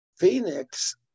phoenix